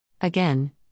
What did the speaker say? Again